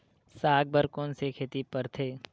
साग बर कोन से खेती परथे?